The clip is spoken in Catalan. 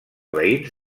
veïns